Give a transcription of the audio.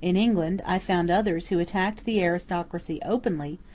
in england i found others who attacked the aristocracy openly,